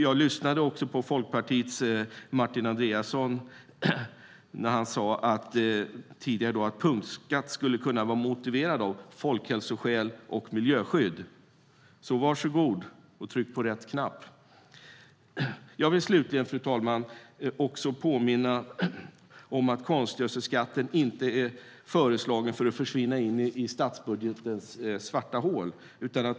Jag lyssnade tidigare på Folkpartiets Martin Andreasson när han sade att punktskatter skulle kunna vara motiverade av folkhälsoskäl och miljöskydd. Varsågod och tryck på rätt knapp! Fru talman! Jag vill slutligen påminna om att konstgödselskatten inte är föreslagen för att försvinna in i statsbudgetens svarta hål.